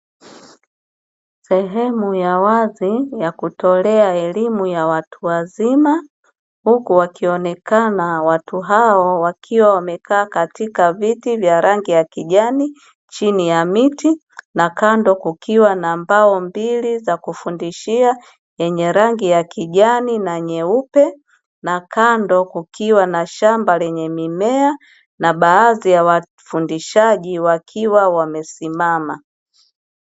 Sehemu ya wazi ya kutolea elimu ya watu wazima, huku wakionekana watu hao wakiwa wamekaa katika viti vya rangi ya kijani; chini ya miti na kando kukiwa na mbao mbili za kufundishia yenye rangi ya kijani na nyeupe, na kando kukiwa na shamba lenye mimea na baadhi ya wafundishaji wakiwa wamesimama.